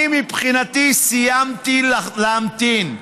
אני מבחינתי סיימתי להמתין.